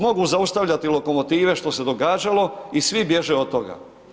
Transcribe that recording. Mogu zaustavljati lokomotive, što se događalo i svi bježe od toga.